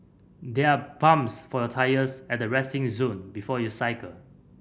there are pumps for your tyres at the resting zone before you cycle